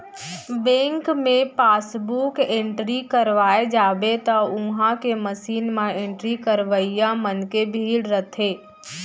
bank मे passbook entry करवाए जाबे त उहॉं के मसीन म एंट्री करवइया मन के भीड़ रथे